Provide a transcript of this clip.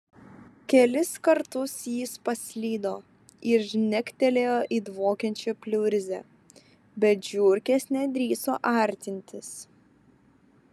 kelis kartus jis paslydo ir žnektelėjo į dvokiančią pliurzę bet žiurkės nedrįso artintis